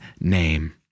name